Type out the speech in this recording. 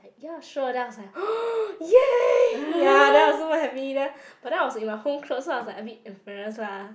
ya sure then I was like !yay! ya then I was super happy but then I was in my home clothes so I was like a bit embarrassed lah